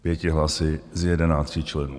Pěti hlasy z jedenácti členů.